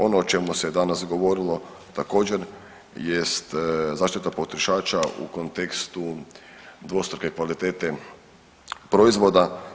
Ono o čemu se danas govorilo također jest zaštita potrošača u kontekstu dvostruke kvalitete proizvoda.